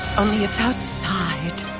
only it's outside.